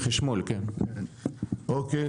אוקיי.